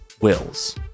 wills